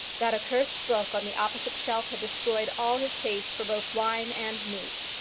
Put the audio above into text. that accursed book on the opposite shelf had destroyed all his taste for both wine and meat.